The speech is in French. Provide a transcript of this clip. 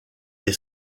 est